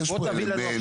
יש פה אלמנט.